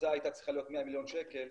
ההקצאה הייתה צריכה להיות 100 מיליון שקל,